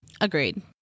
Agreed